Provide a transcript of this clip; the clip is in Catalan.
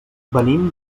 venim